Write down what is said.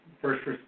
first